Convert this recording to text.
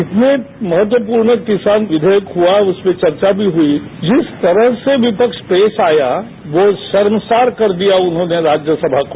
इतने महत्वपूर्ण किसान विधेयक हुआ उसमें चर्चा भी हुई जिस तरह से विपक्ष पेश आया वो शर्मसार कर दिया उन्होंने राज्यसभा को